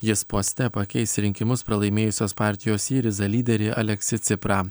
jis poste pakeis rinkimus pralaimėjusios partijos syriza lyderį aleksį ciprą